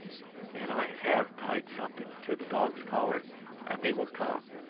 and i have tied something to the dog's collar and they will come,